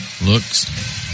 Looks